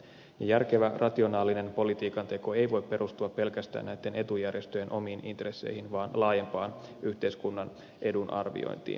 järkevä rationaalinen politiikan teko ei voi perustua pelkästään näitten etujärjestöjen omiin intresseihin vaan laajempaan yhteiskunnan edun arviointiin